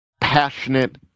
passionate